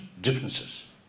differences